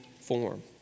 form